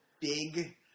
big